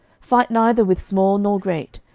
fight neither with small nor great,